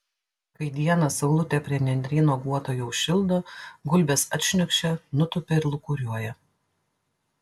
kai dieną saulutė prie nendryno guoto jau šildo gulbės atšniokščia nutūpia ir lūkuriuoja